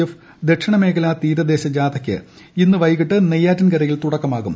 എഫ്ട് ദ്രക്ഷിണ മേഖലാ തീരദേശ ജാഥക്ക് ഇന്ന് വൈകിട്ട് നെയ്യാറ്റിൻകരയിൽ തുടക്കമാകും